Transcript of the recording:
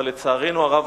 אבל לצערנו הרב,